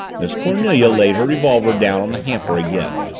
miss cornelia laid her revolver down on the hamper again.